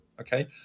okay